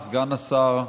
סגן השר,